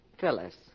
Phyllis